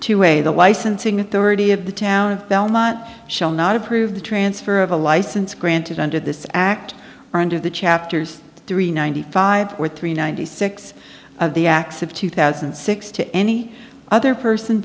way the licensing authority of the town of belmont shall not approve the transfer of a license granted under this act or under the chapters three ninety five or three ninety six of the acts of two thousand and six to any other person